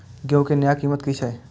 गेहूं के नया कीमत की छे?